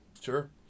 Sure